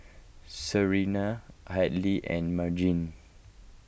Serena Hadley and Margene